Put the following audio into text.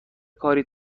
کاری